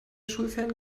schulferien